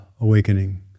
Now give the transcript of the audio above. awakening